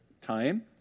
time